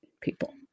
people